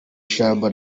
shyamba